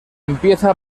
empieza